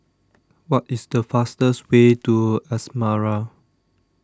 What IS The fastest Way to Asmara